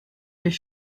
his